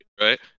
right